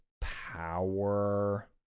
power